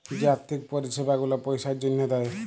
যে আথ্থিক পরিছেবা গুলা পইসার জ্যনহে দেয়